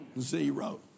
Zero